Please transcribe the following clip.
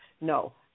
No